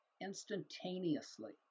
instantaneously